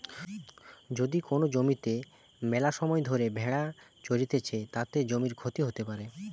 যদি কোন জমিতে মেলাসময় ধরে ভেড়া চরতিছে, তাতে জমির ক্ষতি হতে পারে